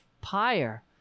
pyre